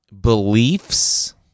beliefs